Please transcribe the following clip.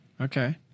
Okay